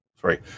sorry